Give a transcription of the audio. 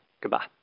Goodbye